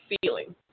feeling